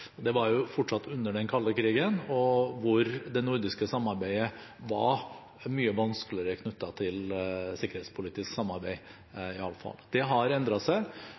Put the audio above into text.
Det var fortsatt under den kalde krigen, og da var det nordiske samarbeidet mye vanskeligere – knyttet til sikkerhetspolitisk samarbeid, iallfall. Det har endret seg,